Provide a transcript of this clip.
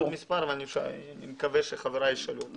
יש עוד מספר ואני מקווה שחבריי ישאלו אותם.